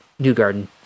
Newgarden